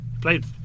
played